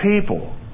people